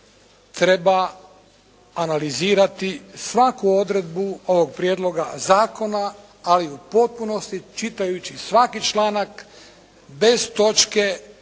treba analizirati svaku odredbu ovog prijedloga zakona, a i u potpunosti čitajući svaki članak bez točke,